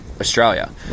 Australia